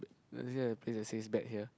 I just like to play the six bet here